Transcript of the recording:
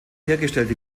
hergestellte